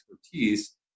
expertise